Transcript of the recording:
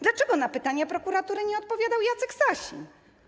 Dlaczego na pytania prokuratury nie odpowiadał Jacek Sasin?